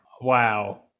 wow